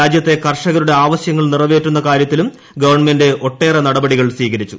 രാജ്യത്തെ കർഷകരുടെ ആവശ്യങ്ങൾ നിറവേറ്റുന്ന കാര്യത്തിലും ഗവൺമെന്റ് ഒട്ടേറെ നടപടികൾ സ്വീകരിച്ചു